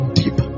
deep